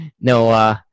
no